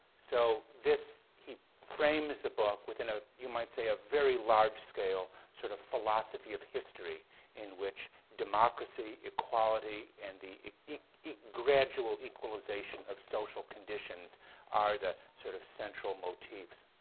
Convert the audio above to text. so he frames the book within ah you might say a very large-scale sort of philosophy of history in which democracy, equality, and the gradual equalization of social conditions are the sort of central motifs.